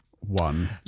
one